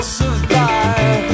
survive